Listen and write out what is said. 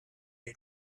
had